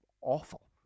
awful